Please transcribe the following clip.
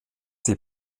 die